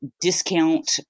discount